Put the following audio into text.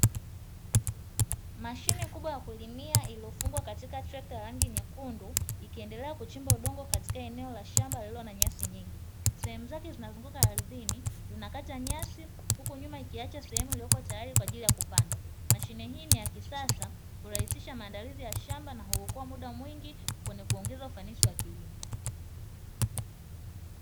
Mashine kubwa ya kulimia iliyofungwa katika trekta ya rangi nyekundu, ikiendelea kuchimba udongo katika eneo la shamba lililo na nyasi nyingi, sehemu zake zinazunguka ardhini zinakata nyasi huko nyuma ikiacha sehemu iliyoko tayari kwa ajili ya kupanda, mashine hii ni ya kisasa kurahisisha maandalizi ya shamba na huokoa muda mwingi kwenye kuongeza ufanisi wa kilimo.